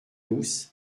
tous